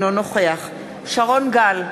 אינו נוכח שרון גל,